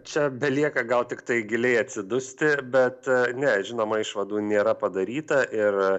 čia dar lieka gal tiktai giliai atsidusti ir bet ne žinoma išvadų nėra padaryta ir